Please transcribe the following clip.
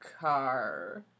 car